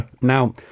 Now